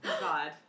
God